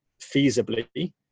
feasibly